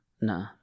No